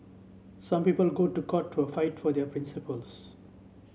some people go to court to fight for their principles